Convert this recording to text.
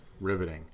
Riveting